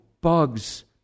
bugs